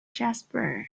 jasper